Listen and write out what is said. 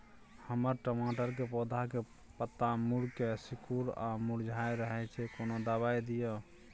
हमर टमाटर के पौधा के पत्ता मुड़के सिकुर आर मुरझाय रहै छै, कोन दबाय दिये?